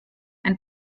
ein